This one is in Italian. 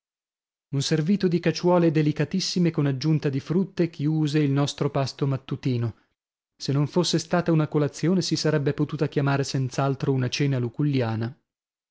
un servito di caciuole delicatissime con aggiunta di frutte chiuse il nostro pasto mattutino se non fosse stata una colazione si sarebbe potuta chiamare senz'altro una cena